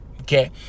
okay